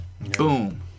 Boom